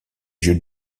jeux